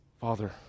Father